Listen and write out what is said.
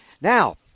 Now